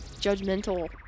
judgmental